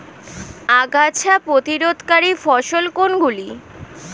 আগাছা প্রতিরোধকারী ফসল কোনগুলি?